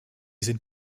sind